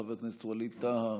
חבר הכנסת ווליד טאהא,